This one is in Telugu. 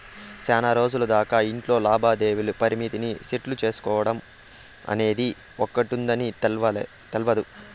సేనారోజులు దాకా ఇట్లా లావాదేవీల పరిమితిని సెట్టు సేసుకోడమనేది ఒకటుందని తెల్వదు